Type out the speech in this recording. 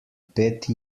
pet